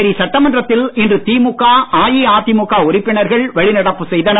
புதுச்சேரி சட்டமன்றத்தில் இன்று திமுக அஇஅதிமுக உறுப்பினர்கள் வெளிநடப்பு செய்தனர்